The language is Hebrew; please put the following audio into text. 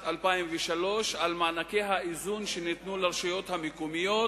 2003 על מענקי האיזון שניתנו לרשויות המקומיות,